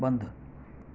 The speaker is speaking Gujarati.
બંધ